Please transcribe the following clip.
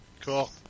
Cool